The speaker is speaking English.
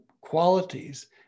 qualities